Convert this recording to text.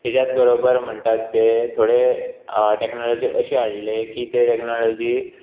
ताच्याच बरोबर म्हणटात ते थोडे टॅक्नोलॉजी अशे हाडले की ते टॅक्नोलॉजी